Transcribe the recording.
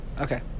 Okay